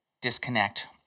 disconnect